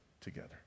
together